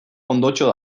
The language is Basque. ondotxo